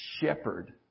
shepherd